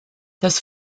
das